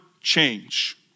change